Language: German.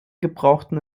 gebrauchten